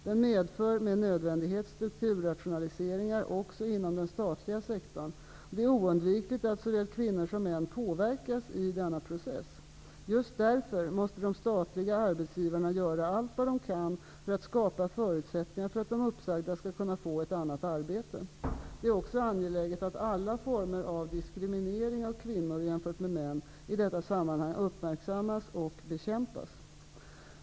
Den medför med nödvändighet strukturrationaliseringar också inom den statliga sektorn. Det är oundvikligt att såväl kvinnor som män påverkas i denna process. Just därför måste de statliga arbetsgivarna göra allt vad de kan för att skapa förutsättningar för att de uppsagda skall kunna få ett annat arbete. Det är också angeläget att alla former av diskriminering av kvinnor jämfört med män i detta sammanhang uppmärksammas och bekämpas.